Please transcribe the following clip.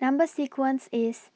Number sequence IS